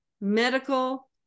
medical